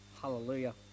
Hallelujah